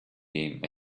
game